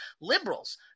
Liberals